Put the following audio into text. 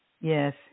Yes